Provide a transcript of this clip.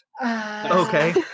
Okay